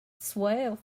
swell